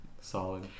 solid